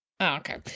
Okay